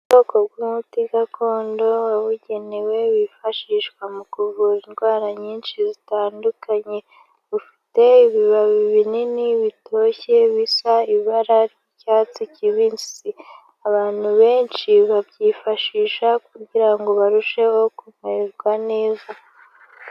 Ubwoko bw'umuti gakondo wabugenewe wifashishwa mu kuvura indwara nyinshi zitandukanye. Bufite ibibabi binini bitoshye bisa ibara ry'icyatsi kibisi. Abantu benshi babyifashisha kugira ngo barusheho kumererwa neza.